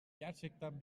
gerçekten